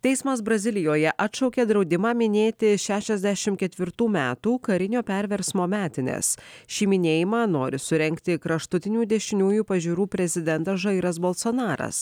teismas brazilijoje atšaukė draudimą minėti šešiasdešimt ketvirtų metų karinio perversmo metines šį minėjimą nori surengti kraštutinių dešiniųjų pažiūrų prezidentą žairas bolsonaras